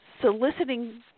soliciting